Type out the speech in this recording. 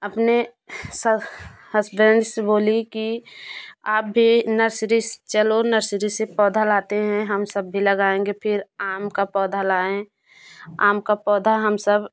अपने सा हस्बैंड से बोली कि आप भी नर्सरी चलो नर्सरी से पौधा लाते हैं हम सब भी लगाएँगे फिर आम का पौधा लाएँ आम का पौधा हम सब